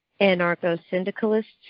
anarcho-syndicalists